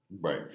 Right